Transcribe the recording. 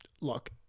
Look